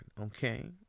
okay